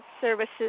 services